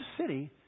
city